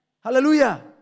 Hallelujah